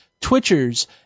twitchers